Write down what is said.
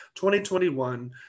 2021